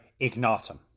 Ignatum